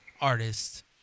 artist